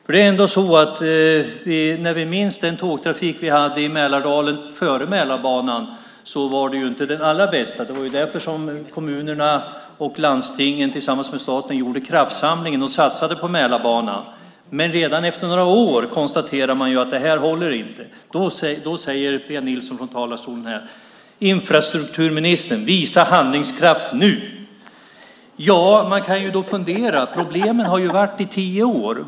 Vi minns ju att den tågtrafik vi hade i Mälardalen före Mälarbanan inte var den allra bästa. Det var därför som kommunerna och landstingen tillsammans med staten gjorde kraftsamlingen och satsade på Mälarbanan. Men redan efter några år konstaterar man att det inte håller. Då säger Pia Nilsson från talarstolen här: Infrastrukturministern, visa handlingskraft nu! Men problemet har ju funnits i tio år.